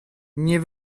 nie